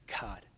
God